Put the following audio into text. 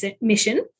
mission